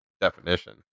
definition